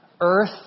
Earth